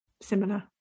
similar